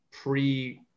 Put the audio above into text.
pre